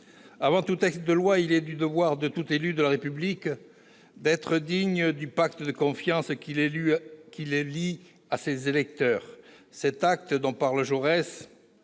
Avant tout texte de loi, il est du devoir de tout élu de la République d'être digne du pacte de confiance qui le lie à ses électeurs, cet acte dont parle Jaurès